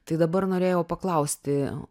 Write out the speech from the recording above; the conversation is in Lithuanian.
tai dabar norėjau paklausti